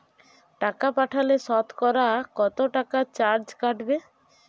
টাকা পাঠালে সতকরা কত টাকা চার্জ কাটবে?